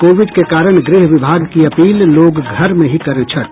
Covid के कारण गृह विभाग की अपील लोग घर में ही करें छठ